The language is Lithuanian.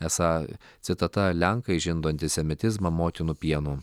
esą citata lenkai žindo antisemitizmą motinų pienu